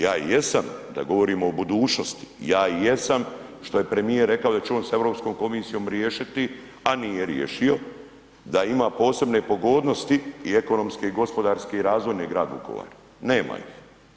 Ja i jesam da govorimo o budućnosti, ja i jesam što je premijer rekao da će on s Europskom komisijom riješiti, a nije riješio da ima posebne pogodnosti i ekonomske i gospodarske i razvojne grad Vukovar, nema ih.